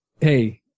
Hey